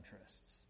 interests